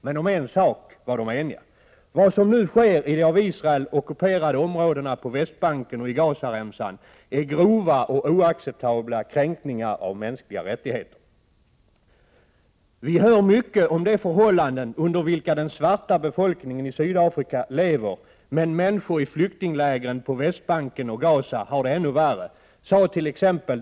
Men en sak var de eniga om: Vad som nu sker i de av Israel ockuperade områdena på Västbanken och i Gazaremsan är grova och oacceptabla kränkningar av mänskliga rättigheter. ”Vi hör mycket om de förhållanden under vilka den svarta befolkningen i Sydafrika lever, men människor i flyktinglägren på Västbanken och Gaza har det ännu värre”, sade tt.ex.